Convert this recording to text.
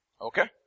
Okay